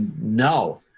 no